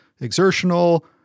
exertional